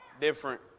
different